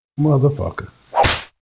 Motherfucker